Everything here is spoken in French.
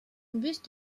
buste